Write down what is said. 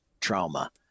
trauma